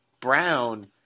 Brown